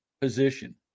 position